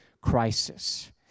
crisis